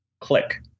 click